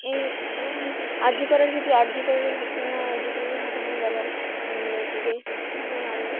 এই এরকম R G করের হেতু আর জি করার ঘটনা আর জি করের ঘটনা যেমন মেয়েটিকে কীভাবে মারলো